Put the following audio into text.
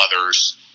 others